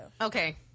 Okay